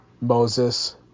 Moses